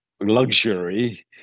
luxury